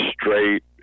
straight